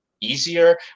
easier